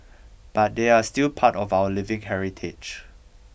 but they're still part of our living heritage